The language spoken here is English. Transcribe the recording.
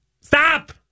Stop